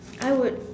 I would